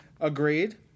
Agreed